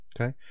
Okay